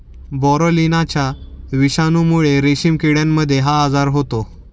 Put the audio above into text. बोरोलिनाच्या विषाणूमुळे रेशीम किड्यांमध्ये हा आजार होतो